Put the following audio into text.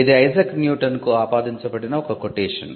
ఇది ఐజాక్ న్యూటన్కు ఆపాదించబడిన ఒక కొటేషన్